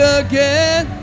again